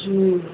ହୁଁ